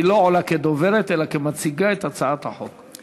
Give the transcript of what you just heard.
היא לא עולה כדוברת אלא כמציגה את הצעת החוק.